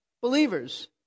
believers